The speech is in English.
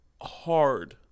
hard